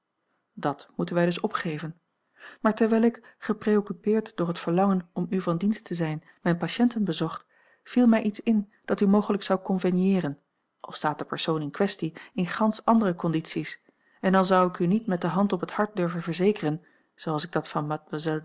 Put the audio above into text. dat moeten wij dus opgeven maar terwijl ik gepreoccupeerd door het verlangen om u van dienst te zijn mijne patiënten bezocht viel mij iets in dat u mogelijk zou convenieeren al staat de persoon in kwestie in gansch andere condities en al zou ik u niet met de hand op het hart durven verzekeren zooals ik dat van